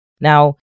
Now